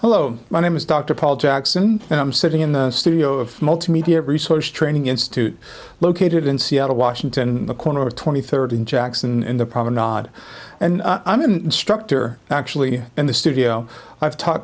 hello my name is dr paul jackson and i'm sitting in the studio of multimedia resource training institute located in seattle washington the corner of twenty third in jackson and the problem dod and i'm an instructor actually in the studio i've taught